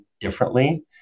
differently